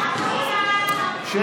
אחרי מילה כזאת, חבר הכנסת, החוצה.